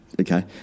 Okay